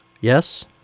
Yes